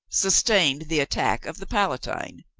sustained the attack of the palatine.